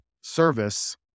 service